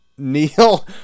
Neil